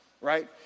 right